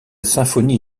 symphonie